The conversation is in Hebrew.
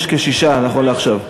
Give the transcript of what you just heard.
יש כשישה נכון לעכשיו.